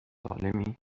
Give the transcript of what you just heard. سالمی